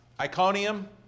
Iconium